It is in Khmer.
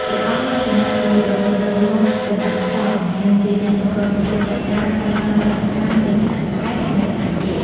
ព្រះអង្គមានឋានៈជា ប្រមុខដឹកនាំគណៈសង្ឃ និងជាអ្នកសម្របសម្រួលកិច្ចការសាសនាដ៏សំខាន់ នៅថ្នាក់ខេត្ត និងថ្នាក់ជាតិ។